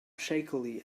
shakily